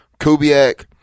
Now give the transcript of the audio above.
Kubiak